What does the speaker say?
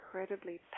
incredibly